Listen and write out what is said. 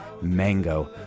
Mango